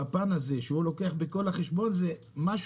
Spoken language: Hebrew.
בפן הזה הוא לוקח בחשבון היבטים שונים